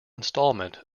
installment